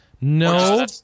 No